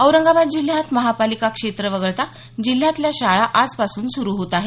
औरंगाबाद जिल्ह्यात महापालिका क्षेत्र वगळता जिल्ह्यातल्या शाळा आजपासून सुरू होत आहेत